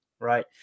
Right